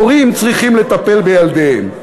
הורים צריכים לטפל בילדיהם.